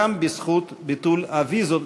גם בזכות ביטול הוויזות,